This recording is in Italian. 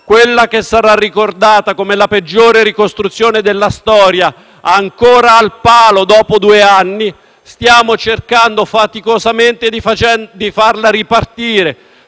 Quella che sarà ricordata come la peggiore ricostruzione della storia, ancora al palo dopo due anni, noi stiamo cercando faticosamente di far ripartire